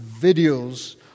videos